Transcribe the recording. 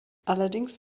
allerdings